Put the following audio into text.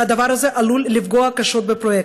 והדבר הזה עלול לפגוע קשות בפרויקט.